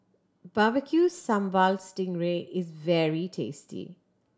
Barbecue Sambal sting ray is very tasty